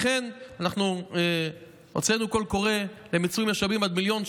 לכן הוצאנו קול קורא למיצוי משאבים עד מיליון ש"ח,